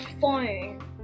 phone